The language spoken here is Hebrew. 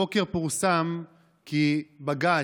הבוקר פורסם כי בג"ץ,